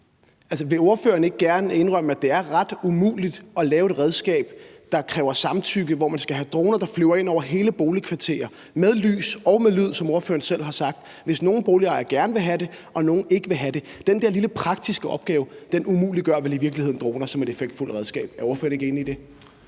vil ordføreren ikke gerne indrømme, at det er ret umuligt at lave et redskab, der kræver samtykke, hvor man skal have droner, der flyver ind over hele boligkvarterer – med lys og med lyd, som ordføreren selv har sagt – hvis nogle boligejere gerne vil have det og nogle ikke vil have det? Den der lille praktiske opgave umuliggør vel i virkeligheden droner som et effektfuldt redskab – er ordføreren ikke enig i det?